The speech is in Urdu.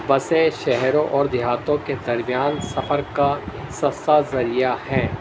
بسیں شہروں اور دیہاتوں کے درمیان سفر کا سستا ذریعہ ہیں